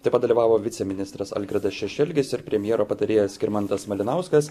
taip pat dalyvavo viceministras algirdas šešelgis ir premjero patarėjas skirmantas malinauskas